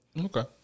Okay